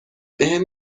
بهم